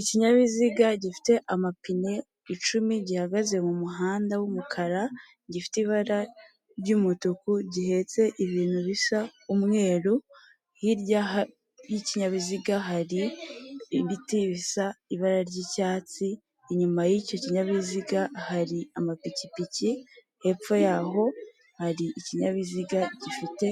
Ikinyabiziga gifite amapine icumi gihagaze mu muhanda w'umukara gifite ibara ry'umutuku gihetse ibintu bisa umweru hirya y'ikinyabiziga hari ibiti bisa ibara ry'icyatsi inyuma y'icyo kinyabiziga hari amapikipiki hepfo y'aho hari ikinyabiziga gifite